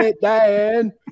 Dan